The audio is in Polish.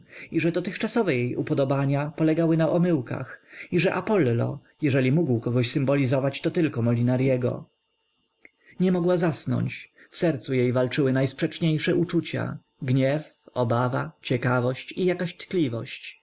ostatnią że dotychczasowe jej upodobania polegały na omyłkach i że apolo jeżeli mógł kogoś symbolizować to tylko molinarego nie mogła zasnąć w sercu jej walczyły najsprzeczniejsze uczucia gniew obawa ciekawość i jakaś tkliwość